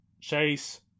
Chase